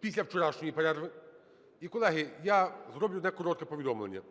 після вчорашньої перерви. І, колеги, я зроблю одне коротке повідомлення.